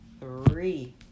three